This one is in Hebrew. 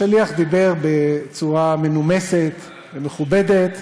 השליח דיבר בצורה מנומסת ומכובדת,